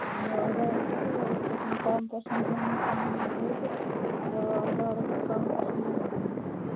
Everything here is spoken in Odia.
ଅଲ୍ଗା ଆଡ଼େ ଯିବି କମ୍ ପରସେଣ୍ଟ୍ରେ କିଣିବି ଡ୍ରେସ୍ ଆଉ ଅଲ୍ଗା ଆଡ଼େ କାଇଁ କମ୍ ପରସେଣ୍ଟ୍ରେ ନ କିଣିବି